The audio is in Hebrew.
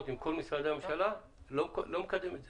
עם כל משרדי הממשלה אני לא מקדם את זה.